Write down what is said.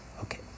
Okay